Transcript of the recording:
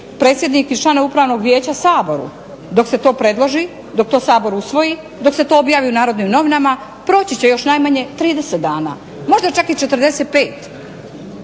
predsjednik i članovi upravnog vijeća Saboru. Dok se to predloži, dok to Sabor usvoji, dok se to objavi u Narodnim novinama proći će još najmanje 30 dana, možda čak i 45.